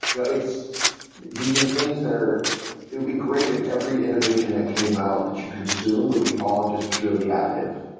yeah these are things that are it would be great if every innovation that came out that you consume would be all just purely additive.